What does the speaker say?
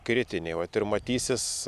kritiniai vat ir matysis